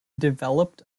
developed